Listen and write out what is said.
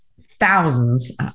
thousands